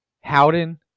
Howden